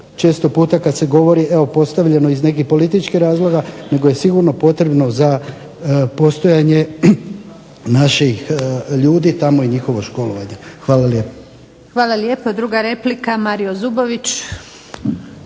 često puta kad se govori postavljeno iz nekih političkih razloga nego je sigurno potrebno za postojanje naših ljudi tamo i njihovo školovanje. Hvala lijepo.